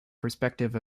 perspective